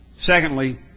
Secondly